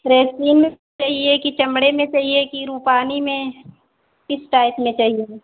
प्रेसी में चाहिए कि चमड़े में चाहिए कि रूपानी में किस टाइप में चाहिए